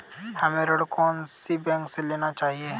हमें ऋण कौन सी बैंक से लेना चाहिए?